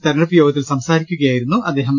തിരഞ്ഞെ ടുപ്പ് യോഗത്തിൽ സംസാരിക്കുകയായിരുന്നു അദ്ദേഹം